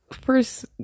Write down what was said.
first